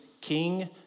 King